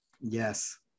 Yes